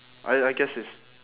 I I guess it's